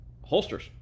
Holsters